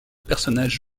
personnage